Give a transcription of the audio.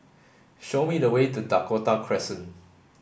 show me the way to Dakota Crescent